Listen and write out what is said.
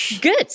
good